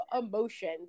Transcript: emotions